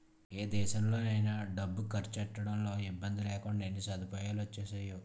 ఏ దేశంలో డబ్బు కర్సెట్టడంలో ఇబ్బందిలేకుండా ఎన్ని సదుపాయాలొచ్చేసేయో